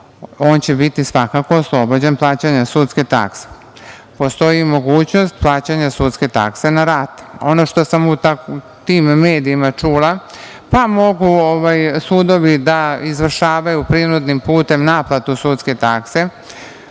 on će biti svakako oslobođen plaćanja sudske takse. Postoji i mogućnost plaćanja sudske takse na rate. Ono što sam u tim medijima čula - mogu sudovi da izvršavaju prinudnim putem naplatu sudske takse.